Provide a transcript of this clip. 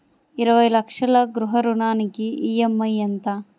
ఇరవై లక్షల గృహ రుణానికి ఈ.ఎం.ఐ ఎంత?